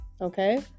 Okay